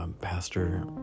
pastor